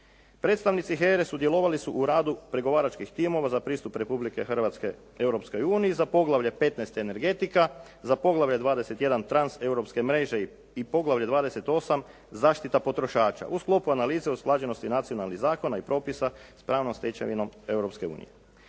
Predstavnici HERA-e sudjelovali su u radu pregovaračkih timova za pristup Republike Hrvatske Europskoj uniji za Poglavlje 15 – energetika, za Poglavlje 21 – Transeuropske mreže i Poglavlje 28 – zaštita potrošača u sklopu analize usklađenosti nacionalnih zakona i propisa s pravnom stečevinom